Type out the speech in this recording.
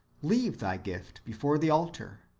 leave thy gift before the altar,